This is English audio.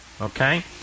okay